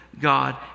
God